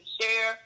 share